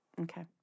Okay